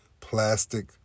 plastic